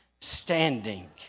standing